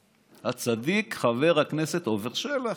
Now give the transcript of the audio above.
הצדיק, חבר הכנסת עפר שלח.